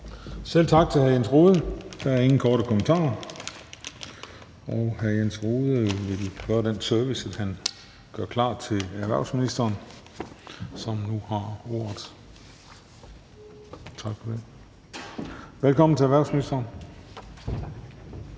Selv tak til hr. Jens Rohde. Der er ingen kommentarer. Og hr. Jens Rohde yder den service, at han gør klar til erhvervsministeren, som nu har ordet. Tak for det, og velkommen til erhvervsministeren.